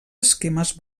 esquemes